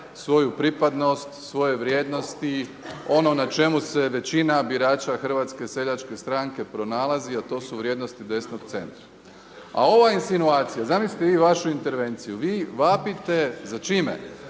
svoju pripadnost, svoje vrijednosti, ono na čemu se većina birača Hrvatske seljačke stranke pronalazi, a to su vrijednosti desnog centra. A ova insinuacija, zamislite vi vašu intervenciju. Vi vapite za čime?